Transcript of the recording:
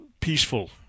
peaceful